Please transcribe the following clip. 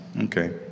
Okay